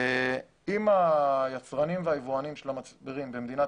אם היצרנים והיבואנים של המצברים במדינת